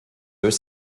deux